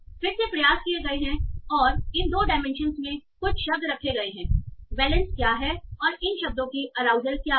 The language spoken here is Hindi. फिर से प्रयास किए गए हैं और इन दो डायमेंशन में कुछ शब्द रखे गए हैं वैलेंस क्या है और इन शब्दों की अराउजल क्या है